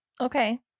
Okay